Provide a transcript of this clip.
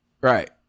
Right